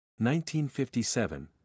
1957